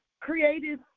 creative